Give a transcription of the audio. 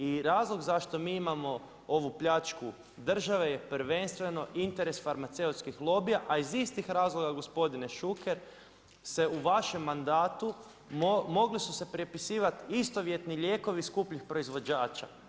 I razlog zašto mi imao ovu pljačku države je prvenstveno interes farmaceutskih lobija, a iz istih razloga gospodine Šuker, se u vašem mandatu, mogli su se prepisivati istovjetni lijekovi skupljih proizvođača.